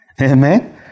Amen